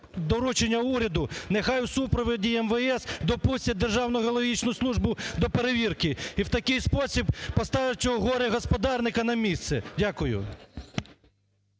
доручення уряду нехай у супроводі МВС допустять Державну геологічну службу до перевірки. І в такий спосіб поставлять цього горе-господарника на місце. Дякую.